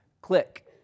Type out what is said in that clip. Click